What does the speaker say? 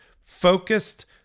focused